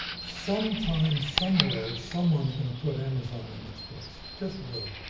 sometime, somewhere, someone's gonna put amazon in its place, just will.